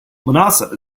manhasset